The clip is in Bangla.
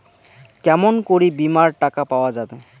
কেমন করি বীমার টাকা পাওয়া যাবে?